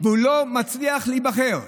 הוא לא מצליח להיבחר.